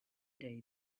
day